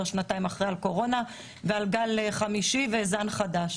שנתיים אחרי על קורונה ועל גל חמישי ועל זן חדש.